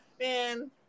Man